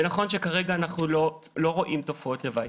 ונכון שכרגע אנחנו לא רואים תופעות לוואי.